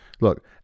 look